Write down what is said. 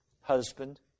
husband